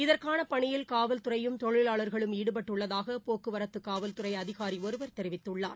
இதற்கான பணியில் காவல்துறையும் தொழிலாளர்களும் ஈடுபட்டுள்ளதாக போக்குவரத்து காவல்துறை அதிகாரி ஒருவர் தெரிவித்துள்ளார்